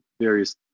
various